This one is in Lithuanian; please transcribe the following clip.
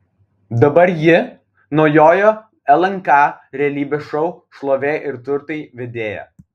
dabar ji naujojo lnk realybės šou šlovė ir turtai vedėja